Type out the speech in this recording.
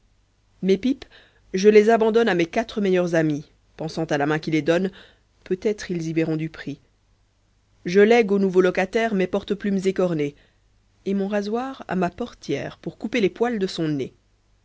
mes pipes je les abandonne a mes quatre meilleurs amis pensant à la main qui les donne peut-être ils y verront du prix je lègue au nouveau locataire mes porteplumes écornés et mon rasoir à ma portière pour couper les poils de son nez